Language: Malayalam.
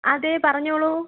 അതെ പറഞ്ഞോളൂ